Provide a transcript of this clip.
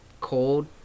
cold